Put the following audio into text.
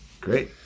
Great